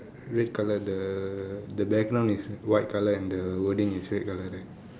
red colour the the background is white colour and the wording is red colour right